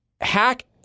Hack